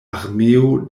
armeo